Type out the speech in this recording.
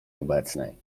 obecnej